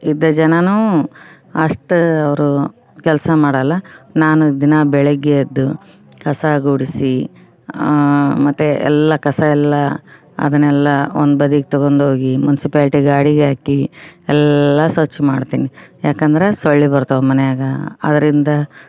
ಇದ್ದ ಜನರೂ ಅಷ್ಟೇ ಅವರು ಕೆಲಸ ಮಾಡೋಲ್ಲ ನಾನು ದಿನಾ ಬೆಳಗ್ಗೆ ಎದ್ದು ಕಸ ಗುಡಿಸಿ ಮತ್ತೆ ಎಲ್ಲ ಕಸ ಎಲ್ಲ ಅದನ್ನೆಲ್ಲ ಒಂದು ಬದಿಗೆ ತಗೊಂಡೋಗಿ ಮುನ್ಸಿಪಾಲ್ಟಿ ಗಾಡಿಗೆ ಹಾಕಿ ಎಲ್ಲ ಸ್ವಚ್ಛ ಮಾಡ್ತೀನಿ ಯಾಕೆಂದ್ರೆ ಸೊಳ್ಳೆ ಬರ್ತವೆ ಮನ್ಯಾಗ ಅದರಿಂದ